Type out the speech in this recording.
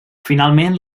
finalment